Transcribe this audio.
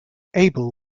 abel